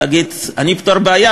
להגיד: אני אפתור בעיה,